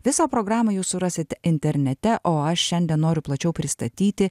visą programą jūs surasit internete o aš šiandien noriu plačiau pristatyti